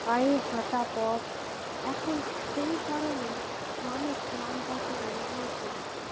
পায়ে হাঁটা পথ এখন সেই কারণেই মানুষ গ্রামটাকে এড়িয়ে চলচে